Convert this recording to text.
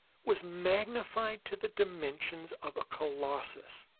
was magnified to the dimensions of a colossus.